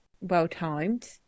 well-timed